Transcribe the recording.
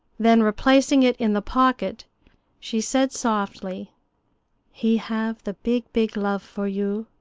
then replacing it in the pocket she said softly he have the big, big love for you.